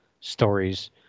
stories